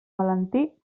valentí